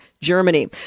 Germany